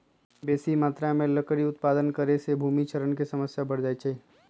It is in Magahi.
बेशी मत्रा में लकड़ी उत्पादन करे से भूमि क्षरण के समस्या बढ़ जाइ छइ